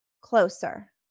closer